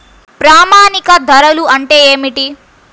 ప్రామాణిక ధరలు అంటే ఏమిటీ?